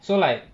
so like